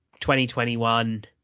2021